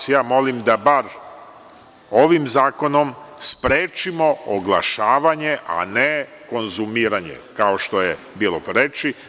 Molim vas da bar ovim zakonom sprečimo oglašavanje, a ne konzumiranje, kao što je bilo reči.